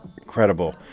incredible